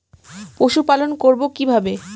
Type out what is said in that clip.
পশুপালন করব কিভাবে?